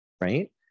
right